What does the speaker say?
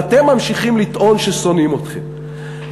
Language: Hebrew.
ואתם ממשיכים לטעון ששונאים אתכם,